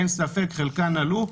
אין ספק, חלקן עלו.